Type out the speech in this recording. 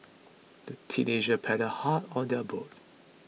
the teenagers paddled hard on their boat